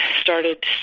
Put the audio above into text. started